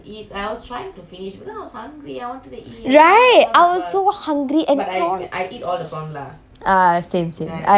right I was so hungry and the prawn ah same same I you know I pick pick the praw~ prawn and then I just eat